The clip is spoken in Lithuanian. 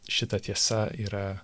šita tiesa yra